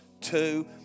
two